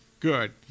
Good